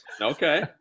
Okay